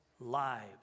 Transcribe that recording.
lives